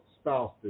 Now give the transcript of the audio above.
spouses